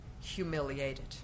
humiliated